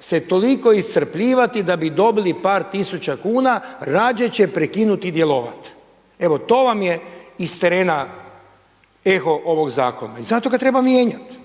se toliko iscrpljivati da bi dobili par tisuća kuna rađe će prekinuti djelovati. Evo to vam je iz terena eho ovog zakona i zato ga treba mijenjati.